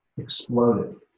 exploded